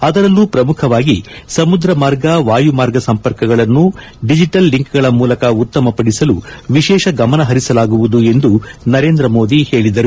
ಅದರಲ್ಲೂ ಪ್ರಮುಖವಾಗಿ ಸಮುದ್ರ ಮಾರ್ಗ ವಾಯುಮಾರ್ಗ ಸಂಪರ್ಕಗಳನ್ನು ಡಿಜಿಟಲ್ ಲಿಂಕ್ಗಳ ಮೂಲಕ ಉತ್ತಮಪಡಿಸಲು ವಿಶೇಷ ಗಮನ ಹರಿಸಲಾಗುವುದು ಎಂದು ನರೇಂದ್ರ ಮೋದಿ ಹೇಳಿದರು